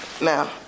Now